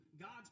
God's